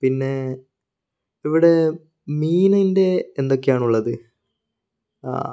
പിന്നെ ഇവിടെ മീനിൻ്റെ എന്തൊക്കെയാണുള്ളത്